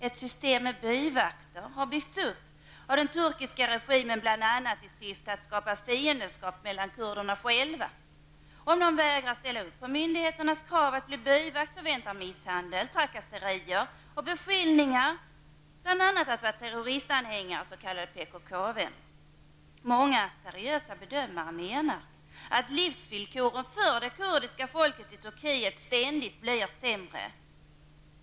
Ett system med byvakter har byggts upp av den turkiska regimen, bl.a. i syfte att skapa fiendskap kurderna emellan. Den som vägrar att ställa upp på myndigheternas krav att bli byvakt har att vänta misshandel, trakasserier och beskyllningar -- t.ex. PKK-vän. Många seriösa bedömare menar att det turkiska folkets livsvillkor i Turkiet ständigt blir sämre.